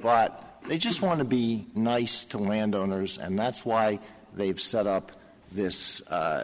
but they just want to be nice to landowners and that's why they've set up this